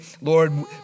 Lord